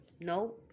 No